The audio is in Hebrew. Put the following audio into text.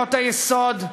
בחירויות היסוד,